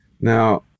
Now